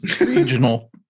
Regional